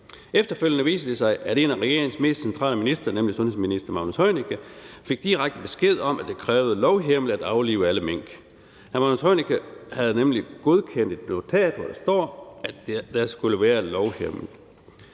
Efterfølgende viser det sig, at en af regeringens mest centrale ministre, nemlig sundhedsministeren, fik direkte besked om, at det krævede lovhjemmel at aflive alle mink. Sundhedsministeren havde nemlig godkendt et notat, hvor der står, at der skulle være lovhjemmel.